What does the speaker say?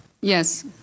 Yes